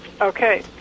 Okay